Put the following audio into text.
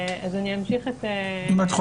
אמשיך את הדברים